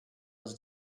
was